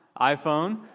iPhone